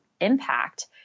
impact